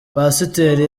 pasiteri